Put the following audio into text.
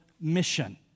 Mission